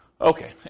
Okay